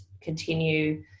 continue